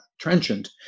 trenchant